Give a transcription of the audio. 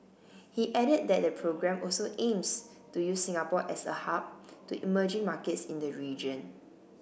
he added that the programme also aims to use Singapore as a hub to emerging markets in the region